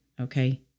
Okay